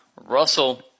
Russell